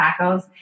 tacos